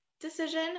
decision